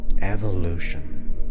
evolution